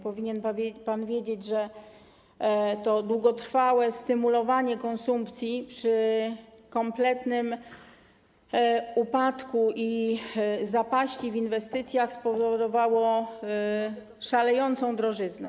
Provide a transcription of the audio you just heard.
Powinien pan wiedzieć, że to długotrwałe stymulowanie konsumpcji przy kompletnym upadku i zapaści w inwestycjach spowodowało szalejącą drożyznę.